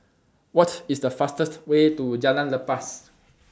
What IS The fastest Way to Jalan Lepas